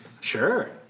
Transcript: Sure